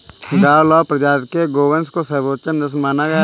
गावलाव प्रजाति के गोवंश को सर्वोत्तम नस्ल माना गया है